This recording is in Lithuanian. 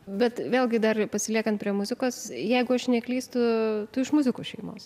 bet vėlgi dar pasiliekant prie muzikos jeigu aš neklystu tu iš muzikų šeimos